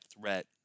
threat